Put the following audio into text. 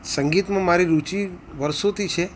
સંગીતમાં મારી રુચિ વર્ષોથી છે